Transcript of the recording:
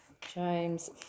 James